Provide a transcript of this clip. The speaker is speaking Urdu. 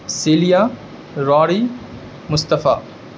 سیلیا روری مصطفیٰ